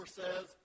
says